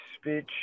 speech